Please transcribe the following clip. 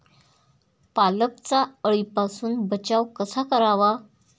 पालकचा अळीपासून बचाव कसा करावा?